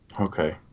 Okay